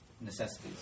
necessities